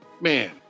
man